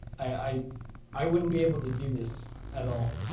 i i wouldn't be able to do this at all.